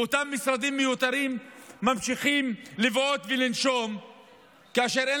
ואותם משרדים מיותרים ממשיכים לבעוט ולנשום כאשר אין